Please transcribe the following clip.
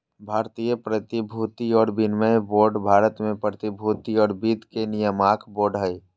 भारतीय प्रतिभूति और विनिमय बोर्ड भारत में प्रतिभूति और वित्त के नियामक बोर्ड हइ